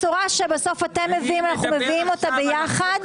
הצבעה הרוויזיה לא נתקבלה הרוויזיה לא התקבלה.